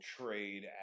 trade